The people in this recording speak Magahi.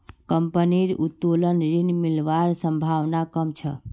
कंपनीर उत्तोलन ऋण मिलवार संभावना कम छ